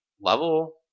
level